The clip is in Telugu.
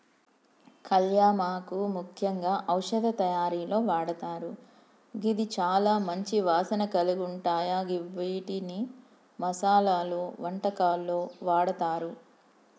కళ్యామాకు ముఖ్యంగా ఔషధ తయారీలో వాడతారు గిది చాల మంచి వాసన కలిగుంటాయ గివ్విటిని మసాలలో, వంటకాల్లో వాడతారు